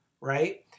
right